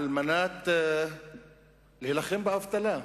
על מנת להילחם באבטלה.